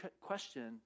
question